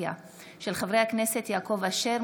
של חברי הכנסת יעקב אשר,